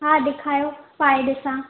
हा देखारो पाए ॾिसां